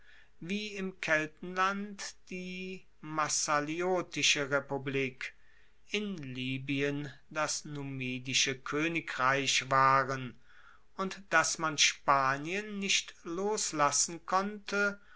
wie im keltenland die massaliotische republik in libyen das numidische koenigreich waren und dass man spanien nicht loslassen konnte